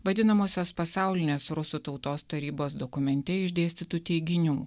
vadinamosios pasaulinės rusų tautos tarybos dokumente išdėstytų teiginių